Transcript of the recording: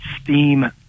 steam